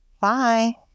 Bye